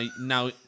now